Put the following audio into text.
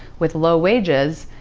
with low wages,